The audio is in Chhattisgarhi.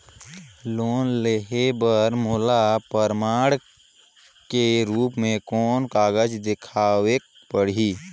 लोन लेहे बर मोला प्रमाण के रूप में कोन कागज दिखावेक पड़ही?